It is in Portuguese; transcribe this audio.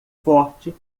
forte